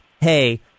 hey